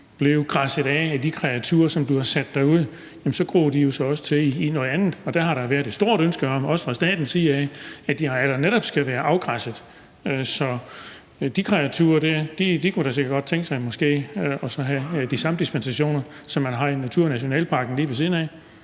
så må sige, af de kreaturer, som bliver sat derud, så gror de jo så også til i noget andet, og der har der været et stort ønske om, også fra statens side, at de arealer netop skal være afgræsset. Så de kreaturer kunne da sikkert godt tænke sig måske at have de samme dispensationer, som man har i naturnationalparken lige ved siden af.